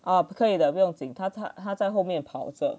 啊不可以的不用紧他他在后面跑着